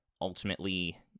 ultimately